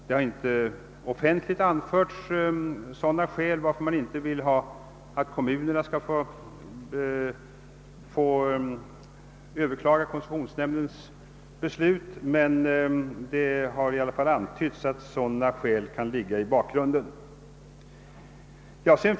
— Det har inte offentligt anförts sådana skäl för att kommunerna inte skulle få överklaga koncessionsnämndens beslut, men skäl av detta slag kan ligga i bakgrunden.